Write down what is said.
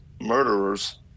murderers